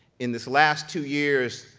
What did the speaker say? in this last two years,